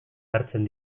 hartzen